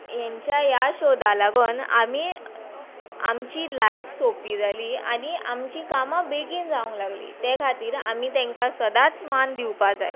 हेंच्या ह्या शोदा लागोन आमी आमची लायफ सोंपी जाली आनी आमचीं कामां बेगीन जावंक लागलीं ते खातीर आमी तेंकां सदांच मान दिवपाक जाय